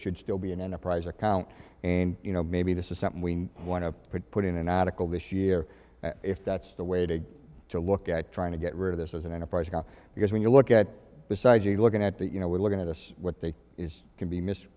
should still be an enterprise account and you know maybe this is something we want to put in an article this year if that's the way to go to look at trying to get rid of this as an enterprise because when you look at the size you're looking at that you know we're looking at us what they can be mis